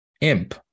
imp